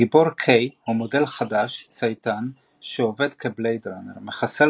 הגיבור קיי הוא מודל חדש צייתן שעובד כבלייד ראנר - מחסל